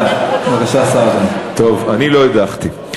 טוב, אני לא הדחתי.